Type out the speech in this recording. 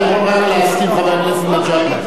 לדחות את ההצבעה, מוכרח להסכים חבר הכנסת מג'אדלה.